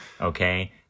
okay